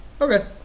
Okay